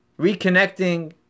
Reconnecting